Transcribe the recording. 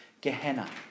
Gehenna